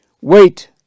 wait